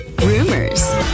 rumors